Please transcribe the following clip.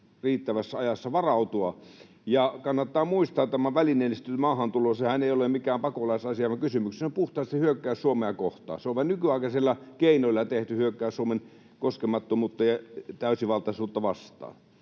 riittävässä ajassa. Ja kannattaa muistaa, että tämä välineellistetty maahantulohan ei ole mikään pakolaisasia, vaan kysymyksessä on puhtaasti hyökkäys Suomea kohtaan. Se on vain nykyaikaisilla keinoilla tehty hyökkäys Suomen koskemattomuutta ja täysivaltaisuutta vastaan.